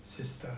sister